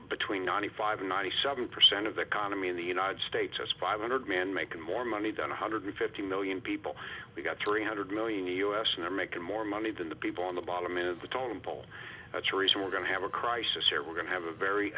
between ninety five and ninety seven percent of the condom in the united states has five hundred men making more money than one hundred fifty million people the three hundred million u s and they're making more money than the people on the bottom of the totem pole that's the reason we're going to have a crisis or we're going to have a very